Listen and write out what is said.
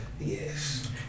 Yes